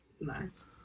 Nice